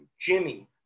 Jimmy